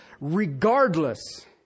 regardless